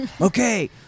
okay